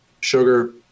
Sugar